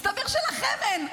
מסתבר שלכם אין.